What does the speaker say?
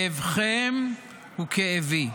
כאבכם הוא כאבי,